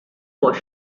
was